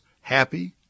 happy